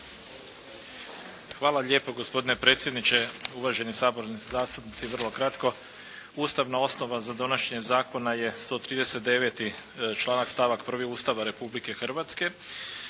Hvala lijepo gospodine predsjedniče, uvaženi saborski zastupnici vrlo kratko. Ustavna osnova za donošenje zakona je 139. članak, stavak 1. Ustava Republike Hrvatske.